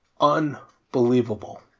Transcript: unbelievable